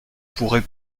pourrai